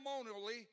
ceremonially